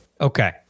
Okay